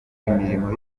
imirimo